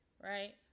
right